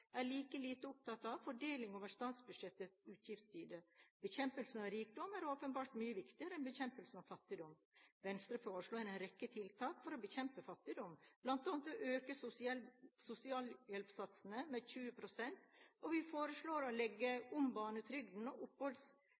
er like lite opptatt av fordeling over statsbudsjettets utgiftsside. Bekjempelse av rikdom er åpenbart mye viktigere enn bekjempelse av fattigdom. Venstre foreslår en rekke tiltak for å bekjempe fattigdom, bl.a. å øke sosialhjelpssatsene med 20 pst., og vi foreslår å legge om barnetrygden og